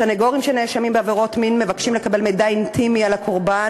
סנגורים של נאשמים בעבירות מין מבקשים לקבל מידע אינטימי על הקורבן